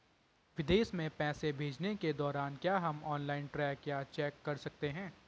विदेश में पैसे भेजने के दौरान क्या हम ऑनलाइन ट्रैक या चेक कर सकते हैं?